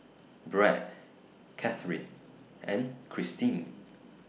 Brad Katharyn and Cristin